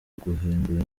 guhindura